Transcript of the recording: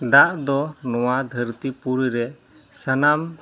ᱫᱟᱜᱫᱚ ᱱᱚᱣᱟ ᱫᱷᱟᱹᱨᱛᱤᱼᱯᱩᱨᱤᱨᱮ ᱥᱟᱱᱟᱢ